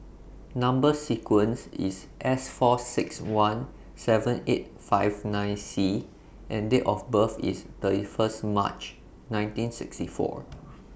Number sequence IS S four six one seven eight five nine C and Date of birth IS thirty First March nineteen sixty four